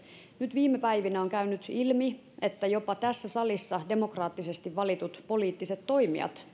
nyt viime päivinä on käynyt ilmi että jopa tässä salissa demokraattisesti valitut poliittiset toimijat